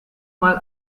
mal